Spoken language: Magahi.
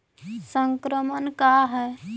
संक्रमण का है?